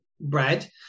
bread